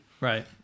Right